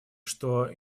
что